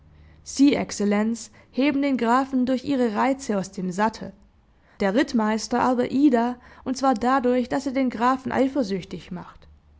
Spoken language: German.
sie exzellenz heben den grafen durch ihre reize aus dem sattel der rittmeister aber ida und zwar dadurch daß er den grafen eifersüchtig macht